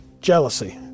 Jealousy